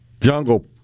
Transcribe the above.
jungle